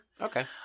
Okay